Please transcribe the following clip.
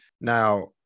Now